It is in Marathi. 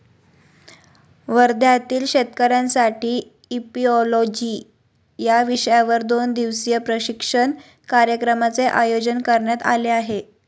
वर्ध्यातील शेतकऱ्यांसाठी इपिओलॉजी या विषयावर दोन दिवसीय प्रशिक्षण कार्यक्रमाचे आयोजन करण्यात आले आहे